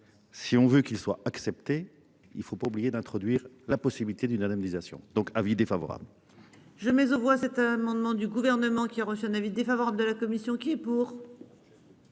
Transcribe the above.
Si on veut qu'il soit accepté. Il ne faut pas oublier d'introduire la possibilité d'une indemnisation donc avis défavorable. Je mets aux voix c'est un amendement du gouvernement qui a reçu un avis défavorable de la commission qui est pour.